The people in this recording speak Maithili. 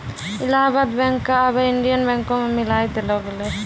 इलाहाबाद बैंक क आबै इंडियन बैंको मे मिलाय देलो गेलै